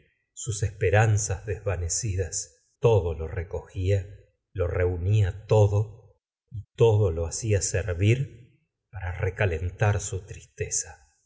sus esperanzas desvanecidas todo lo recogía lo reunía todo y todo lo hacía servir para recalentar su tristeza